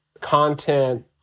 content